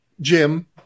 Jim